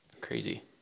Crazy